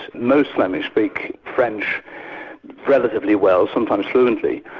most flemish speak french relatively well, sometimes fluently.